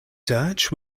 search